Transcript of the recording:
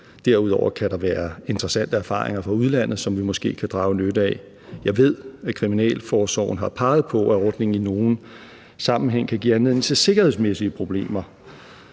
Derudover kan der være interessante erfaringer fra udlandet, som vi måske kan drage nytte af. Jeg ved, at kriminalforsorgen har peget på, at ordningen i nogle sammenhænge kan give anledning til sikkerhedsmæssige problemer,